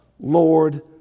Lord